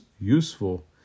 useful